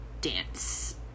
dance